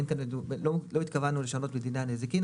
לא התכוונו לשנו ת מדיני הנזיקין.